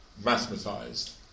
mathematized